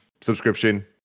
subscription